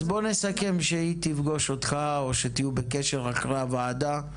אז בואו נסכם שהיא תפגוש אותך ותהיו בקשר אחרי הוועדה,